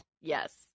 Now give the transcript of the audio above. Yes